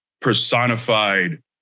personified